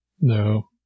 No